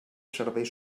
serveis